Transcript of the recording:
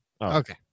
Okay